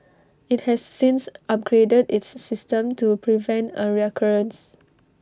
IT has since upgraded its system to prevent A recurrence